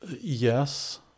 Yes